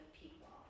people